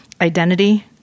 identity